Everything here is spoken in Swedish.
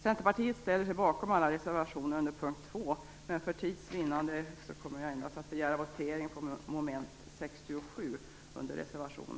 Centerpartiet ställer sig bakom alla reservationer under punkt 2, men för tids vinnande kommer jag att begära votering endast på mom. 67